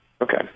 Okay